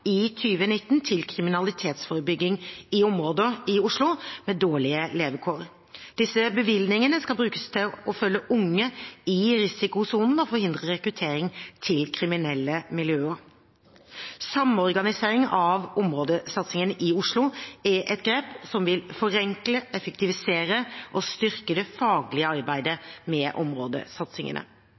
i 2019 til kriminalitetsforebygging i områder i Oslo med dårlige levekår. Disse bevilgningene skal brukes til å følge unge i risikosonen og forhindre rekruttering til kriminelle miljøer. Samorganisering av områdesatsingene i Oslo er et grep som vil forenkle, effektivisere og styrke det faglige arbeidet med områdesatsingene.